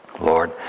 Lord